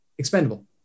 expendable